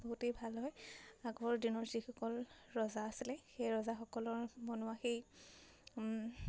বহুতেই ভাল হয় আগৰ দিনৰ যিসকল ৰজা আছিলে সেই ৰজাসকলৰ বনোৱা সেই